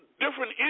different